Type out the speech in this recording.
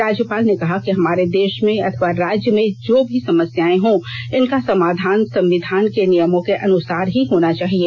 राज्यपाल ने कहा कि हमारे देश में अथवा राज्य में जो भी समस्याएं हों इनका समाधान संविधान के नियमों के अनुसार ही होना चाहिए